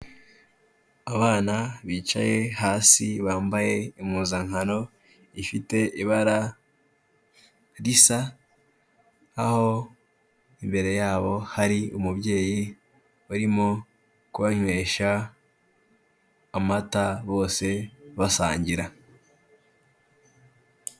Abana bicaye hasi bambaye impuzankano, ifite ibara risa aho imbere yabo hari umubyeyi urimo kubanywesha amata bose basangira.